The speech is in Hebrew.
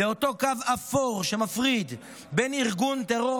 אותו קו אפור שמפריד בין ארגון טרור